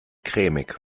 cremig